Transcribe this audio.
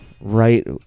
right